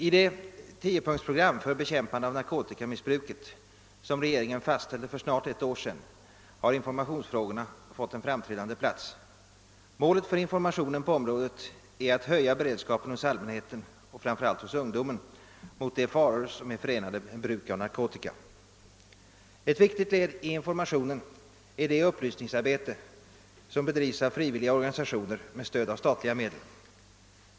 I det tiopunktsprogram för bekämpande av narkotikamissbruket som regeringen fastställde för snart ett år sedan har informationsfrågorna fått en framträdande plats. Målet för informationen på området är att höja beredskapen hos allmänheten — och framför allt hos ungdomen — mot de faror som är förenade med bruk av narkotika. Ett viktigt led i informationen är det upplysningsarbete som bedrivs av frivilliga organisationer med stöd av statliga medel.